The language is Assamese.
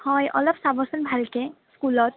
হয় অলপ চাবচোন ভালকৈ স্কুলত